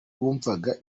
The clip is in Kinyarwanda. bumvaga